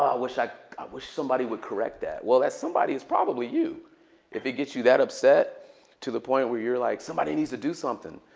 i wish somebody would correct that? well, that somebody is probably you if it gets you that upset to the point where you're like, somebody needs to do something.